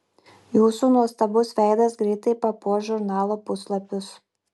jūsų nuostabus veidas greitai papuoš žurnalo puslapius